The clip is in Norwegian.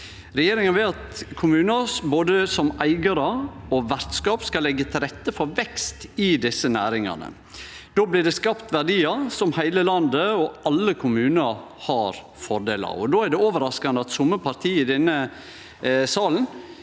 Regjeringa vil at kommunar, både som eigarar og som vertskap, skal leggje til rette for vekst i desse næringane. Då blir det skapt verdiar som heile landet og alle kommunar har fordel av. Difor er det overraskande at somme parti i denne salen